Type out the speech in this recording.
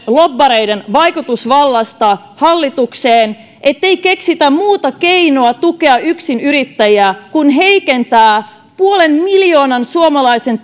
lobbareiden vaikutusvallasta hallitukseen ettei keksitä muuta keinoa tukea yksinyrittäjää kuin heikentää puolen miljoonan suomalaisen